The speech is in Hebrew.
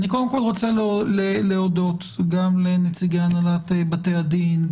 קודם כל אני רוצה לא להודות גם לנציגי הנהלת בתי הדין,